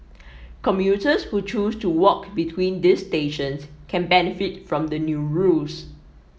commuters who choose to walk between these stations can benefit from the new rules